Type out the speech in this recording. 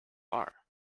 are